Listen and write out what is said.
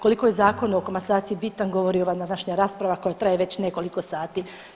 Koliko je Zakon o komasaciji bitan govori ova današnja rasprava koja traje već nekoliko sati.